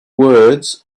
words